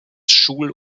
schul